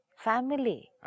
Family